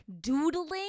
Doodling